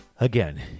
Again